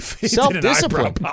self-discipline